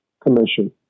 commission